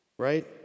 right